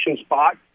spot